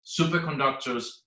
superconductors